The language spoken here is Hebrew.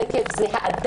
אם לא עומדים לא עומדים.